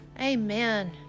Amen